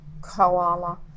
koala